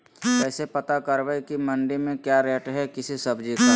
कैसे पता करब की मंडी में क्या रेट है किसी सब्जी का?